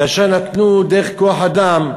ונתנו דרך כוח-אדם,